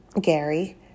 Gary